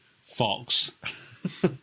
fox